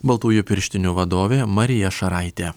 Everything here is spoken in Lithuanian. baltųjų pirštinių vadovė marija šaraitė